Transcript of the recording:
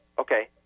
okay